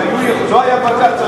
היה בג"ץ,